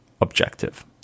objective